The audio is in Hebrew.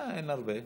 אין הרבה.